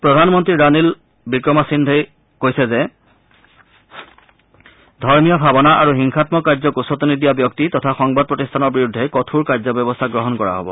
প্ৰধানমন্ত্ৰী ৰানিল বিক্ৰমাসিন্ধেই কৈছে যে ধৰ্মীয় ভাৱনা আৰু হিংসাম্মাক কাৰ্যক উচতনি দিয়া ব্যক্তি তথা সংবাদ প্ৰতিষ্ঠানৰ বিৰুদ্ধে কঠোৰ কাৰ্যব্যৱস্থা গ্ৰহণ কৰা হব